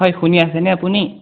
হয় শুনি আছেনে আপুনি